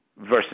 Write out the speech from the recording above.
versus